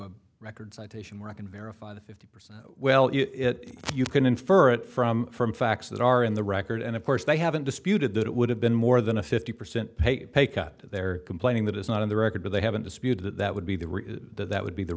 a record citation where i can verify the fifty percent well it you can infer it from from facts that are in the record and of course they haven't disputed that it would have been more than a fifty percent pay pay cut they're complaining that is not on the record but they haven't disputed that that would be the that would be the